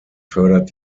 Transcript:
fördert